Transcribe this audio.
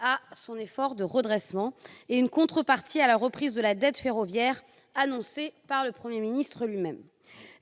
à son « effort de redressement » et une contrepartie à la reprise de la dette ferroviaire annoncée par le Premier ministre lui-même.